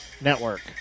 Network